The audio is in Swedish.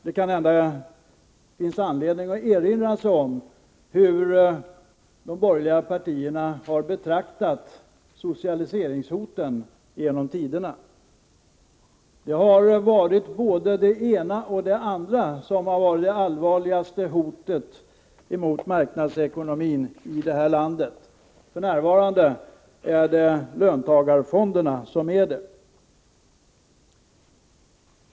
Det finns kanske anledning att erinra sig hur de borgerliga partierna har betraktat socialiseringshoten genom tiderna. Det har varit både det ena och det andra som har varit det allvarligaste hotet mot marknadsekonomin i det här landet — för närvarande är det löntagarfonderna.